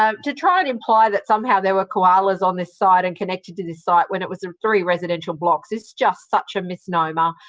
um to try and imply that somehow somehow there were koalas on this site and connected to this site when it was three residential blocks is just such a misnomer.